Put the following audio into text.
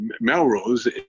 Melrose